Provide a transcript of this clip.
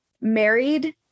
married